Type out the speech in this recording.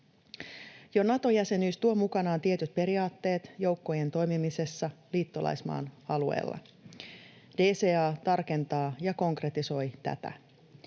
Jo Nato-jäsenyys tuo mukanaan tietyt periaatteet joukkojen toimimisessa liittolaismaan alueella. DCA tarkentaa ja konkretisoi tätä.